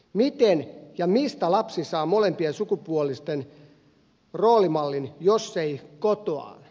miten ja mistä lapsi saa molempien sukupuolien roolimallin jos ei kotoaan